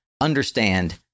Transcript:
understand